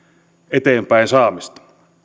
eteenpäinsaamista